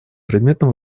предметом